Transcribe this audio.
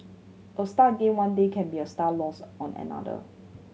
a star gained one day can be a star lost on another